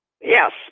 Yes